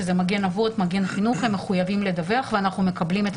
שזה "מגן אבות" ו"מגן חינוך" הם מחויבים לדווח ואנחנו מקבלים את